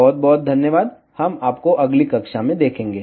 बहुत बहुत धन्यवाद हम आपको अगली कक्षा में देखेंगे